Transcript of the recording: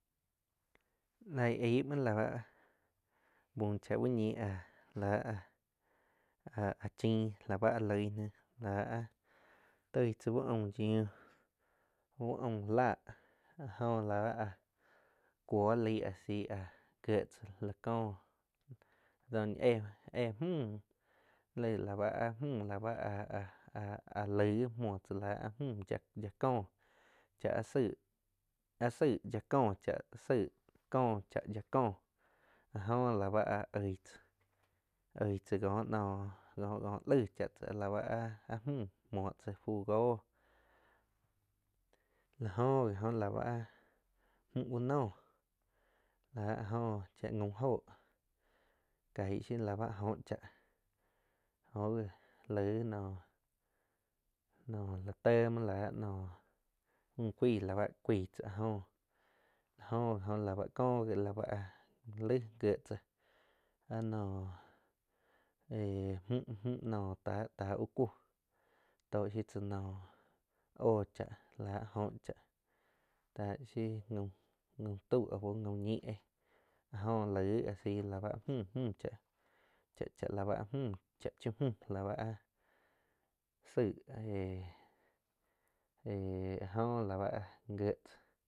Laig aig muoh la bá búh cha uh ñi áh láh áh áh chinn la báh ah loig náh la áh toig tzá uh aum yiuh uh aum láh a jó la báh áh cuo laig a si áh gie tzá la có. Doh ñi éh müh lai la a müh la báh ha-ha laig gi muoh tzá la a müh yía có cha áh saig có cha yia có áh jo la ba áh oig tzá, oig tzá có noh coh-cohh laig cha tzáh la ba áh mú muoh tza fu go la jo gi oh la báh mju úh noh la áh jo cha gaum jóh caig shiu la ba jó cha oh gi laig noh. Noh la té mhuo noh fu cuaij la báh cuaij tzá áh jóh la jo ghi oh la báh có gi la ba áh laig gie tzá áh noh éh mju, mju no táh úh cúh tó shiu tzá noh óh cha láh jo cháh táh shiu gaum tau au gaum ñi éh áh jo laig asi la ba mju cha-cha la ba áh mju cha chia mju la báh áh tzaig éh-éh a jo la ba áh gie tzá